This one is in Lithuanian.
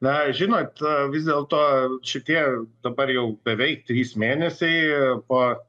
na žinot vis dėlto šitie dabar jau beveik trys mėnesiai po